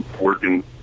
Working